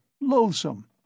loathsome